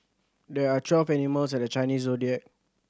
there are twelve animals in the Chinese Zodiac